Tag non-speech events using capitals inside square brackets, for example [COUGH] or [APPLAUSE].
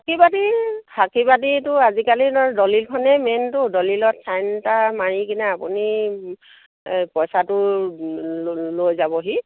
[UNINTELLIGIBLE] আজিকালি দলিলখনেই মেইনটো দলিলত চাইন এটা মাৰি কিনে আপুনি পইচাটো লৈ যাবহি